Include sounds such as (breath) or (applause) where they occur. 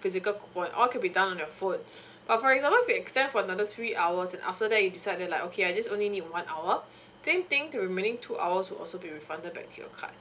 physical coupon all can be done on your phone (breath) uh for example you extend for another three hours and after that you decided like okay I just only need one hour same thing the remaining two hours would also be refunded back to your card